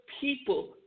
people